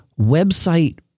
website